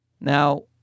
Now